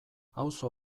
auzo